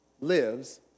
lives